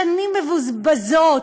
שנים מבוזבזות,